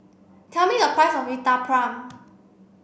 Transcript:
tell me the price of Uthapam